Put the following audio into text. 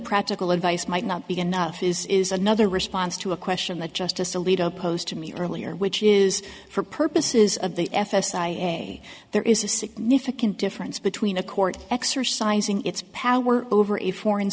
practical advice might not be enough is is another response to a question that justice alito posed to me earlier which is for purposes of the f s a there is a significant difference between a court exercising its power over a foreign